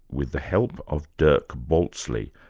with the help of dirk baltzly,